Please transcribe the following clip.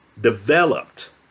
developed